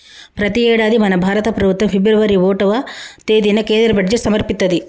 ప్రతి యేడాది మన భారత ప్రభుత్వం ఫిబ్రవరి ఓటవ తేదిన కేంద్ర బడ్జెట్ సమర్పిత్తది